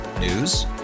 News